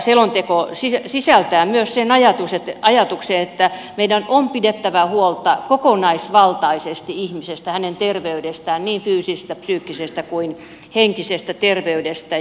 tämä selonteko sisältää myös sen ajatuksen että meidän on pidettävä huolta kokonaisvaltaisesti ihmisestä hänen terveydestään niin fyysisestä psyykkisestä kuin henkisestä terveydestä